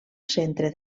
centre